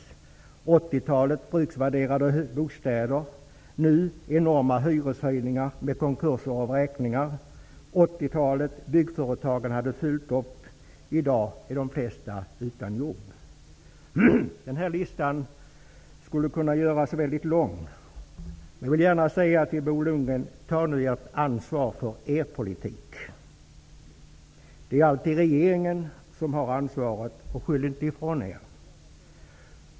På 80-talet hade vi bruksvärderade bostäder. Nu har vi fått enorma hyreshöjningar med konkurser och vräkningar. På 80-talet hade byggföretagen fullt upp. I dag är de flesta utan jobb. Den här listan skulle kunna göras väldigt lång. Jag vill gärna säga till Bo Lundgren: Ta nu ert ansvar för er politik! Det är alltid regeringen som har ansvaret. Skyll inte ifrån er!